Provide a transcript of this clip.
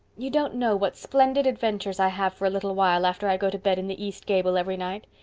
you don't know what splendid adventures i have for a little while after i go to bed in the east gable every night.